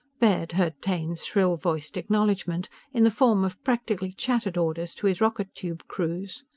baird heard taine's shrill-voiced acknowledgment in the form of practically chattered orders to his rocket-tube crews.